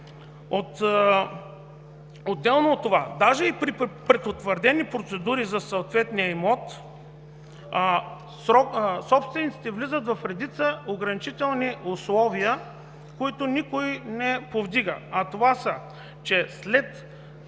Отделно от това, даже при потвърдени процедури за съответния имот, собствениците влизат в редица ограничителни условия, които никой не повдига, а именно, че ако